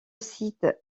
site